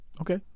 Okay